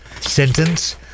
Sentence